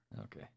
Okay